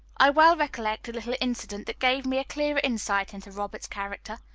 i well recollect a little incident that gave me a clearer insight into robert's character.